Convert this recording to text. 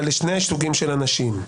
אבל לשני סוגים של אנשים.